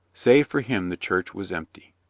save for him the church was empty.